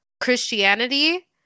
Christianity